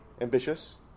ambitious